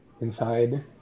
inside